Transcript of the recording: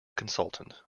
consultant